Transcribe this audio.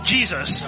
Jesus